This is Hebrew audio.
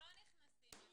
אנחנו לא נכנסים לזה.